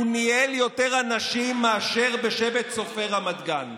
ניהל יותר אנשים מאשר בשבט צופי רמת גן,